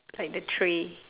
like the tray